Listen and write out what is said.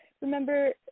remember